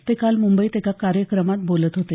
ते काल मुंबईत एका कार्यक्रमात बोलत होते